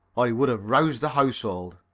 or he would have roused the household.